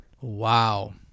Wow